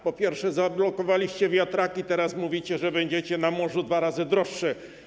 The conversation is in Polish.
Po pierwsze, zablokowaliście wiatraki, a teraz mówicie, że będziecie budować na morzu dwa razy droższe.